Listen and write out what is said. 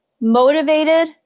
motivated